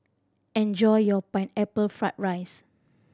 enjoy your Pineapple Fried rice